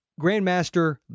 Grandmaster